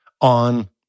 on